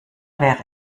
wäre